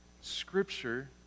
Scripture